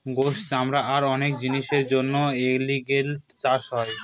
গোস, চামড়া আর অনেক জিনিসের জন্য এলিগেটের চাষ হয়